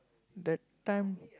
that time